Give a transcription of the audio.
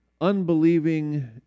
unbelieving